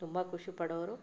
ತುಂಬ ಖುಷಿಪಡೋರು